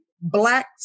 Black